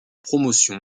promotion